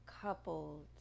coupled